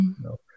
no